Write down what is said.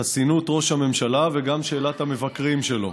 חסינות ראש הממשלה וגם שאלת המבקרים שלו.